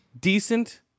decent